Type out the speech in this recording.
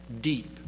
deep